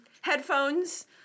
headphones